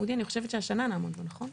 אודי, אני חושבת שהשנה נעמוד בו, נכון?